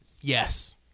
Yes